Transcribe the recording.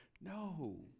No